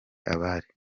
abari